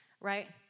right